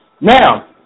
Now